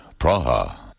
Praha